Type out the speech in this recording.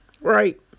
Right